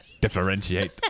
differentiate